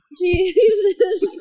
Jesus